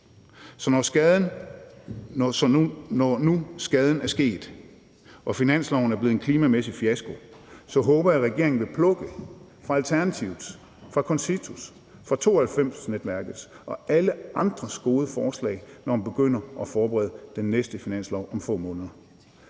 Så når nu skaden er sket og finansloven er blevet en klimamæssig fiasko, så håber jeg, at regeringen vil plukke fra Alternativet, fra CONCITO, fra 92-Gruppen og fra alle andres gode forslag, når man begynder at forberede den næste finanslov om få måneder.